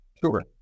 Sure